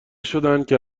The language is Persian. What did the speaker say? شدندکه